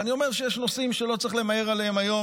ואני אומר שיש נושאים שלא צריך למהר בהם היום,